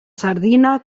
sardina